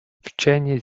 вчені